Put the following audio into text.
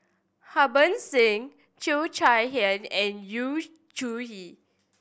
Harbans Singh Cheo Chai Hiang and Yu Zhuye